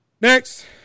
next